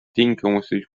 tingimusi